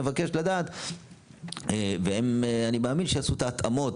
נבקש לדעת ואני מאמין שיעשו את ההתאמות